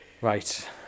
right